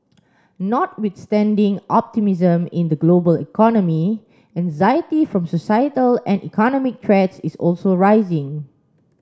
notwithstanding optimism in the global economy anxiety from societal and economic threats is also rising